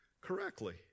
correctly